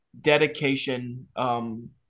dedication –